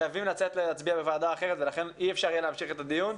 חייבים לצאת להצביע בוועדה אחרת ולכן אי אפשר יהיה להמשיך את הדיון,